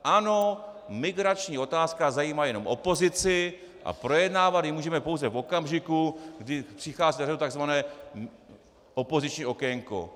Ano, migrační otázka zajímá jenom opozici a projednávat ji můžeme pouze v okamžiku, kdy přichází na řadu takzvané opoziční okénko.